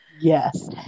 Yes